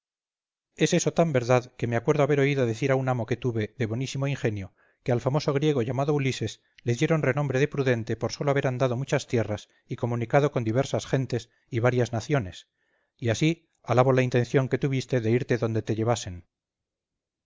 es eso tan verdad que me acuerdo haber oído decir a un amo que tuve de bonísimo ingenio que al famoso griego llamado ulises le dieron renombre de prudente por sólo haber andado muchas tierras y comunicado con diversas gentes y varias naciones y así alabo la intención que tuviste de irte donde te llevasen